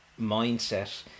mindset